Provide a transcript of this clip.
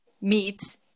meat